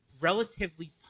relatively